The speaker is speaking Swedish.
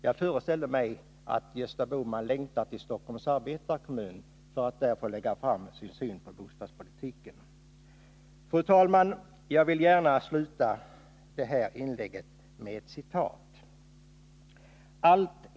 Jag föreställer mig att Gösta Bohman längtar till Stockholms Arbetarekommun för att där få lägga fram sin syn på bostadspolitiken. Fru talman! Jag vill gärna sluta det här inlägget med ett citat.